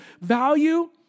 value